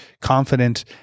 confident